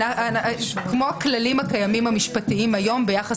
כמו הכללים הקיימים המשפטיים היום ביחס